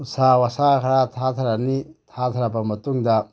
ꯎꯁꯥ ꯋꯥꯁꯥ ꯈꯔ ꯊꯥꯗꯔꯅꯤ ꯊꯥꯗꯔꯕ ꯃꯇꯨꯡꯗ